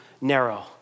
narrow